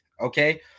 Okay